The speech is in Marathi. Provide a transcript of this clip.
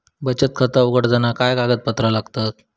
बचत खाता उघडताना काय कागदपत्रा लागतत?